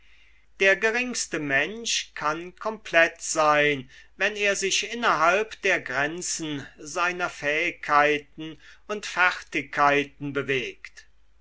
der geringste mensch kann komplett sein wenn er sich innerhalb der grenzen seiner fähigkeiten und fertigkeiten bewegt